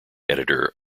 editor